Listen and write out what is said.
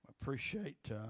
Appreciate